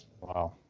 wow